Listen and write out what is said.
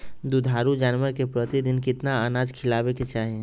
दुधारू जानवर के प्रतिदिन कितना अनाज खिलावे के चाही?